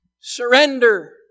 Surrender